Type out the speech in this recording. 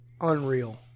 unreal